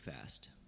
Fast